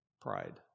pride